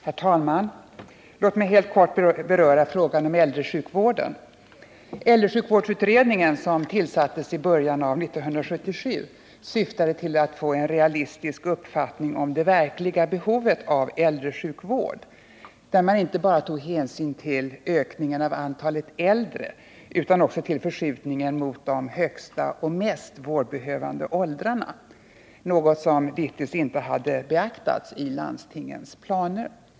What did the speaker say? Herr talman! Låt mig helt kort beröra frågan om äldresjukvården. Äldresjukvårdsutredningen, som tillsattes i början av 1977, syftade till att få en realistisk uppfattning av det verkliga behovet av äldresjukvård, där man inte bara tog hänsyn till ökningen av antalet äldre utan också till förskjutningen mot de högsta och mest vårdbehövande åldrarna — något som dittills inte hade beaktats i landstingens planer.